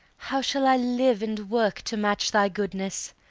how shall i live and work to match thy goodness?